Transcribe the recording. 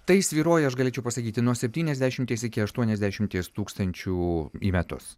tai svyruoja aš galėčiau pasakyti nuo septyniasdešimties iki aštuoniasdešimties tūkstančių į metus